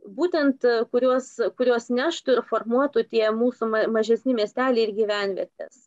būtent kuriuos kuriuos neštų ir formuotų tie mūsų ma mažesni miesteliai ir gyvenvietės